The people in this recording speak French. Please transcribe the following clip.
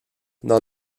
dans